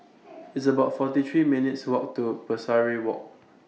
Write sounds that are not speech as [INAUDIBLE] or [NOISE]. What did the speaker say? [NOISE] It's about forty three minutes' Walk to Pesari Walk